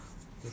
berapa dia bayar